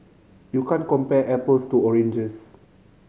you can't compare apples to oranges